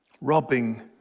robbing